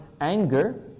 anger